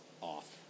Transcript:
off